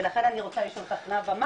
ולכן אני רוצה לשאול אותך נאוה מה